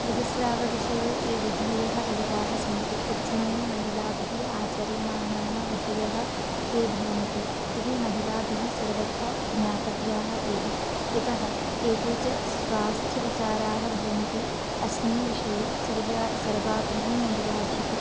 ऋतुस्रावविषये ये विधयः विहिताः सन्ति तत्समये महिलाभिः आचर्यमाणाः विधयः के भवन्ति इति महिलाभिः सर्वथा ज्ञातव्याः एव यतः एते च स्वास्थ्यविचाराः भवन्ति अस्मिन् विषये सर्वा सर्वाभिः महिलाभिः